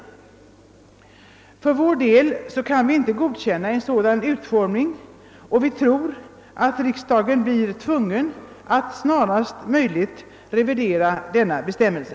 För vår del kan vi inte godkänna en sådan utformning. Vi tror att riksdagen blir tvungen att snarast möjligt revidera denna bestämmelse.